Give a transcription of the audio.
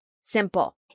simple